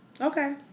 Okay